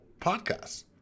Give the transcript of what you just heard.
podcasts